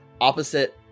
opposite